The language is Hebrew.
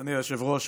אדוני היושב-ראש,